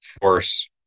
force